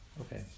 Okay